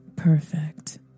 Perfect